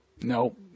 no